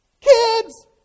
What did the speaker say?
Kids